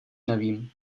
nevím